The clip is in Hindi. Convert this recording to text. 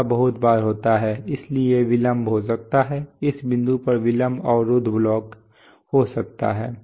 ऐसा बहुत बार होता है इसलिए विलंब हो सकता है इस बिंदु पर विलंब अवरोध ब्लॉक हो सकता है